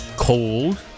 Cold